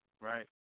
right